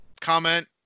Comment